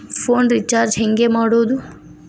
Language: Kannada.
ಫೋನ್ ರಿಚಾರ್ಜ್ ಹೆಂಗೆ ಮಾಡೋದು?